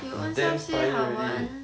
I'm damn tired already